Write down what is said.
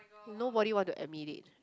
nobody want to admit it